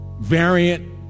variant